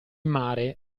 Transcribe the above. mare